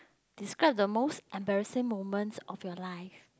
describe the most embarrassing moment of your life